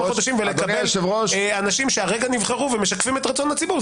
חודשים ולקבל אנשים שכרגע נבחרו ומשקפים את רצון הציבור,